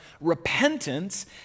repentance